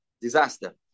Disaster